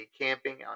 Camping